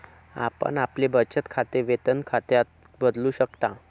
आपण आपले बचत खाते वेतन खात्यात बदलू शकता